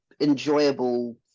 enjoyable